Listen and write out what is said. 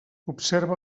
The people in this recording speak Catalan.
observa